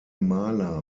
maler